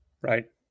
Right